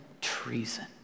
treason